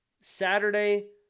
Saturday